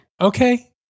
Okay